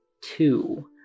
two